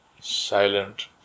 silent